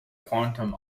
quantum